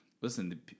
listen